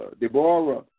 Deborah